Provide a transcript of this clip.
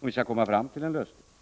Annars lär vi inte komma fram till en lösning.